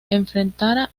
enfrentara